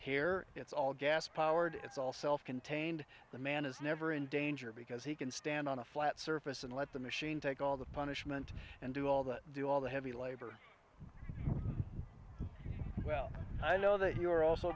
here it's all gas powered it's all self contained the man is never in danger because he can stand on a flat surface and let the machine take all the punishment and do all that do all the heavy labor well i know that you're also